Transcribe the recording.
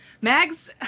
Mags